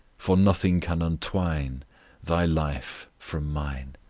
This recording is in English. for nothing can untwine thy life from mine.